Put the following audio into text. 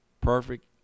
perfect